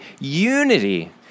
unity